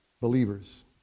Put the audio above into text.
Believers